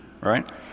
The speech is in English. right